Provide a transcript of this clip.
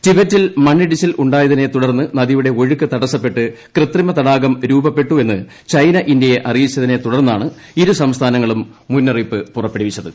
ടിബറ്റിൽ മണ്ണിടിച്ചിലുണ്ടായതിനെ തുടർന്ന് നദിയുടെ ഒഴുക്ക് തടസ്സപ്പെട്ട് കൃത്രിമ തടാകം രൂപപ്പെട്ടുവെന്ന് ചൈന ഇന്ത്യയെ അറിയിച്ചതിനെ തുടർന്നാണ് ഇരു സംസ്ഥാനങ്ങളും മുന്നറിയിപ്പ് പുറപ്പെടുവിച്ചത്